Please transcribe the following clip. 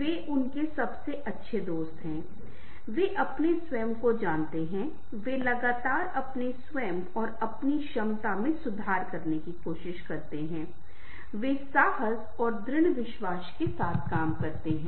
वे उनके सबसे अच्छे दोस्त हैं वे अपने स्वयं को जानते हैं वे लगातार अपने स्वयं और अपनी क्षमता में सुधार करने की कोशिश करते हैं वे साहस और दृढ़ विश्वास के साथ रहते हैं